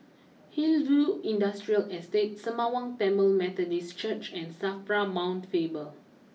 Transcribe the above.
Hillview Industrial Estate Sembawang Tamil Methodist Church and Safra Mount Faber